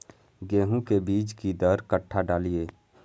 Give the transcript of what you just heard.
गेंहू के बीज कि दर कट्ठा डालिए?